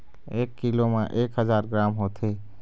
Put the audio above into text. एक कीलो म एक हजार ग्राम होथे